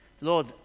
Lord